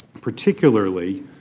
particularly